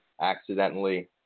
accidentally